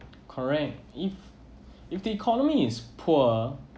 correct if if the economy is poor